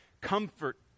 Comfort